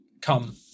come